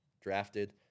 drafted